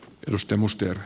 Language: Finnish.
arvoisa puhemies